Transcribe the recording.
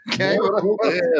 Okay